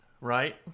right